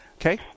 Okay